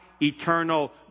eternal